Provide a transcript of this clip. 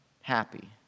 happy